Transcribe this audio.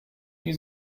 die